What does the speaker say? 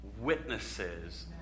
witnesses